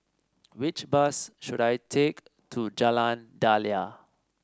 which bus should I take to Jalan Daliah